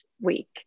week